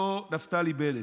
אותו נפתלי בנט.